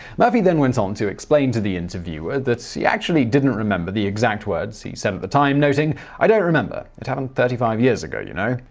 murphy then went on to explain to the interviewer that so he actually didn't remember the exact words he said at the time, noting i don't remember. it happened thirty five years ago, you know.